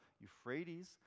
Euphrates